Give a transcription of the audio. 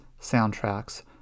soundtracks